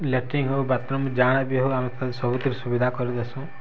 electric ହଉ bathroom ଯା ବି ହଉ ଆମେ ତ ସବୁଥିରେ ସୁବିଧା କରି ଦେସୁ